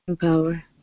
power